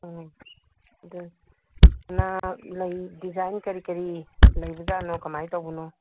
ꯎꯝ ꯑꯗꯨ ꯁꯅꯥ ꯂꯩ ꯗꯤꯖꯥꯏꯟ ꯀꯔꯤ ꯀꯔꯤ ꯂꯩꯕꯖꯥꯠꯅꯣ ꯀꯃꯥꯏꯅ ꯇꯧꯕꯅꯣ